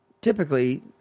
typically